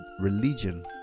religion